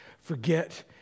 forget